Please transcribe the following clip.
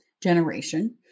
generation